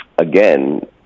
again